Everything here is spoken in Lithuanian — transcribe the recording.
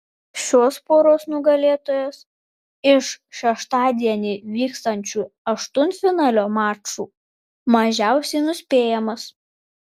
šios poros nugalėtojas iš šeštadienį vykstančių aštuntfinalio mačų mažiausiai nuspėjamas